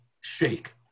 shake